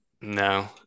No